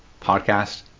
Podcast